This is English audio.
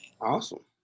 Awesome